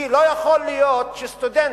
כי לא יכול להיות שסטודנט